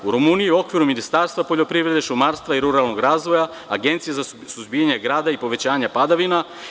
U Rumuniji je to u okviru Ministarstva poljoprivrede, šumarstva i ruralnog razvoja, Agencija za suzbijanje grada i povećanje padavina.